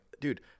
dude